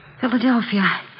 Philadelphia